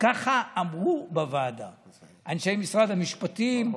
ככה אמרו אנשי משרד המשפטים בוועדה.